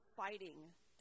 fighting